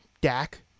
Dak